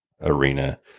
arena